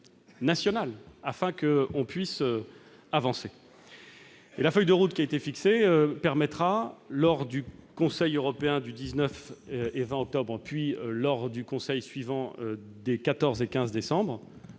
nationale, afin que l'on puisse avancer. La feuille de route qui a été fixée permettra, lors du Conseil européen des 19 et 20 octobre, puis lors du Conseil suivant des 14 et 15 décembre,